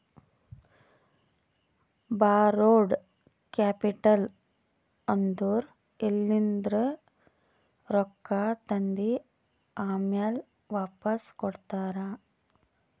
ಬಾರೋಡ್ capital ಅಂದುರ್ ಎಲಿಂದ್ರೆ ರೊಕ್ಕಾ ತಂದಿ ಆಮ್ಯಾಲ್ ವಾಪಾಸ್ ಕೊಡ್ತಾರ